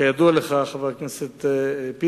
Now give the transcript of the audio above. מפת הדרכים, כידוע לך, חבר הכנסת פינס,